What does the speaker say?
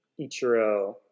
Ichiro